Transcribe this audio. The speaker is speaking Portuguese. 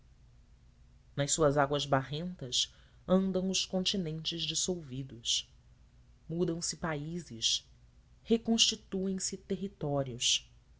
nas suas águas barrentas andam os continentes dissolvidos mudam-se países reconstituem se territórios